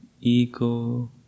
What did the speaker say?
ego